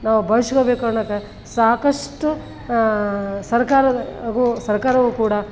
ನಾವು ಬಳಸ್ಕೊಬೇಕು ಅನ್ನೋಕ್ಕೆ ಸಾಕಷ್ಟು ಸರ್ಕಾರದ ಹಾಗೂ ಸರ್ಕಾರವು ಕೂಡ